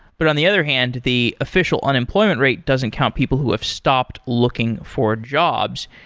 but on the other hand, the official unemployment rate doesn't count people who have stopped looking for jobs.